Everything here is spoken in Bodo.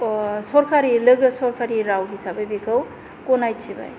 अ सरकारि लोगो सरकारि राव हिसाबै बेखौ गनायथिबाय